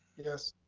yes.